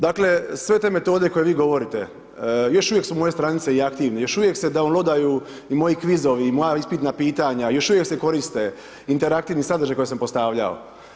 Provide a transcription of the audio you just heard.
Dakle, sve te metode koje vi govorite, još uvijek su moje stranice i aktivne, još uvijek se download-aju i moji kvizovi i moja ispitna pitanja, još uvijek se koriste interaktivni sadržaji koji sam postavljao.